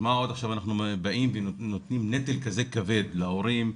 וכאן אנחנו מטילים נטל כזה כבד על ההורים,